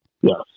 Yes